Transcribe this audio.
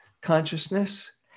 consciousness